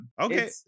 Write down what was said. Okay